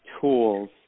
tools